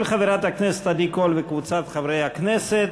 של חברת הכנסת עדי קול וקבוצת חברי הכנסת,